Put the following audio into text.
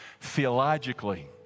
Theologically